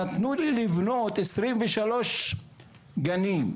נתנו לי לבנות עשרים ושלוש גנים,